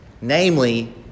namely